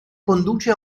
conduce